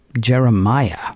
Jeremiah